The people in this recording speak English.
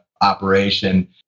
operation